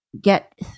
get